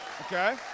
Okay